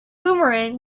boomerang